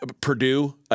Purdue